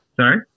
sorry